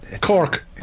Cork